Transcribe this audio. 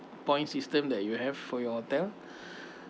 point system that you have for your hotel